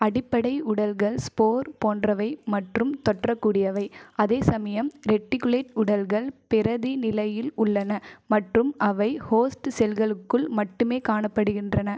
அடிப்படை உடல்கள் ஸ்போர் போன்றவை மற்றும் தொற்றக்கூடியவை அதே சமயம் ரெட்டிகுலேட் உடல்கள் பிரதி நிலையில் உள்ளன மற்றும் அவை ஹோஸ்ட் செல்களுக்குள் மட்டுமே காணப்படுகின்றன